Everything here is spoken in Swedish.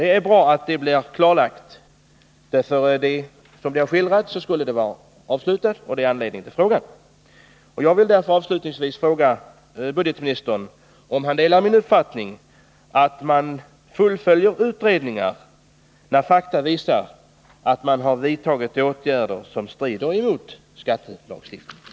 Det är bra att det blir klarlagt. Som det har skildrats skulle den vara avslutad, och det var anledningen till frågan. Jag vill därför avslutningsvis fråga budgetministern om han delar min uppfattning att myndigheten skall fullfölja utredningar när fakta visar att man har vidtagit åtgärder som strider mot skattelagstiftningen.